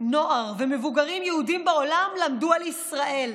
נוער ומבוגרים יהודים בעולם למדו על ישראל,